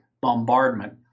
bombardment